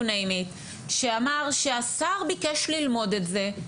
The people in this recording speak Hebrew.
name it שאמר שהשר ביקש ללמוד את זה,